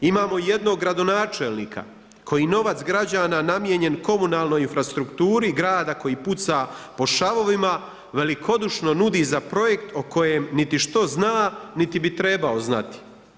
Imamo jednog gradonačelnika, koji novac građana namijenjen komunalnoj infrastrukturi, grada, koji puca po šavovima, velikodušno nudi za projekt o kojem niti što zna, niti bi trebao znati.